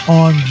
on